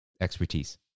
expertise